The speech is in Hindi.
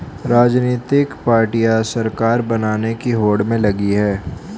राजनीतिक पार्टियां सरकार बनाने की होड़ में लगी हैं